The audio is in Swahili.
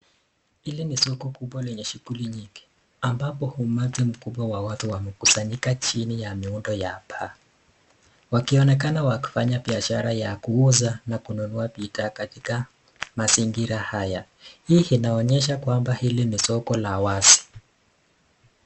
Hili ni soko kubwa lenye shughuli nyingi ambapo umati mkubwa wa watu wamekusanyika chini ya miundo ya paa, wakionekana wakifanya biashara ya kuuza na kununua bidhaa katika mazingira haya. Hii inaonyesha kwamba hili ni soko la wazi.